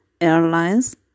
Airlines